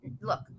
look